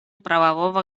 правового